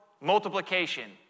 multiplication